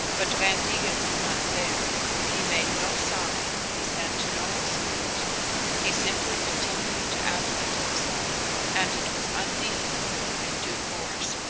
but van degen was not there. he made no sign, he sent no excuse he simply continued to absent himself and it was undine who, in due course,